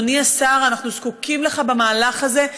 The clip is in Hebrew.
אדוני השר, אנחנו זקוקים לך במהלך הזה.